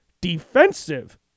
defensive